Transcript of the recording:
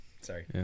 Sorry